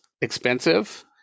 expensive